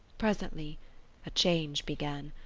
presently a change began.